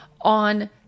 on